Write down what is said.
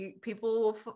people